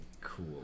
cool